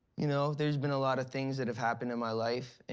you know, there's been a lot of things that have happened in my life.